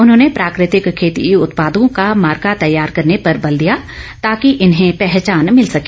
उन्होंने प्राकृतिक खेती उत्पादों का मार्का तैयार करने पर बल दिया ताकि इन्हें पहचान भिल सके